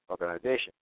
organization